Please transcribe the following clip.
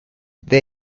they